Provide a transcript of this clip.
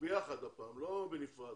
ביחד הפעם, לא בנפרד.